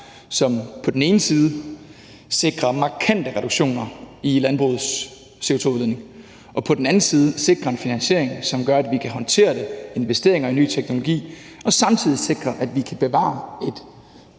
som på den ene side sikrer markante reduktioner i landbrugets CO2-udledning og på den anden side sikrer en finansiering, som gør, at vi kan håndtere det. Det er investeringer i ny teknologi. Samtidig sikrer det, at vi kan bevare et